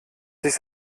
sich